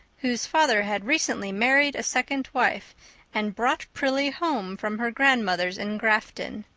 whose father had recently married a second wife and brought prillie home from her grandmother's in grafton.